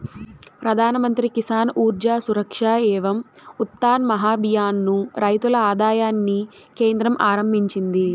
ప్రధాన్ మంత్రి కిసాన్ ఊర్జా సురక్ష ఏవం ఉత్థాన్ మహాభియాన్ ను రైతుల ఆదాయాన్ని కేంద్రం ఆరంభించింది